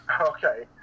Okay